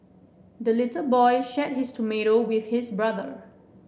the little boy shared his tomato with his brother